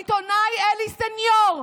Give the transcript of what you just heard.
העיתונאי אלי סניור,